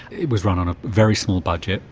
it was run on a very small budget.